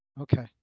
Okay